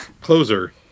Closer